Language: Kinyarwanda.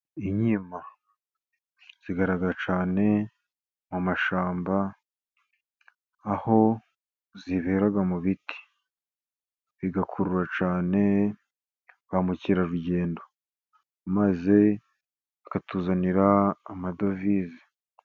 Inkima zigaragara cyane mu mashyamba, aho zibera mu biti bigakurura cyane ba mukerarugendo, maze bakatuzanira amadovize.